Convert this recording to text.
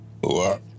What